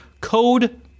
code